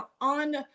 on